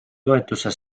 toetuse